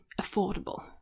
affordable